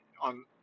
on